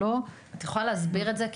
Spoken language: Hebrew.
את יכולה להסביר את זה?